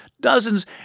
Dozens